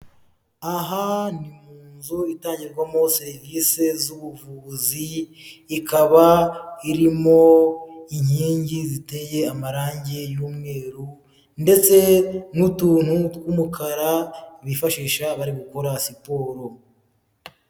Aha ni mu nzu itangirwamo serivisi z'ubuvuzi, ikaba irimo inkingi ziteye amarangi y'umweru ndetse n'utuntu tw'umukara bifashisha bari gukora siporo.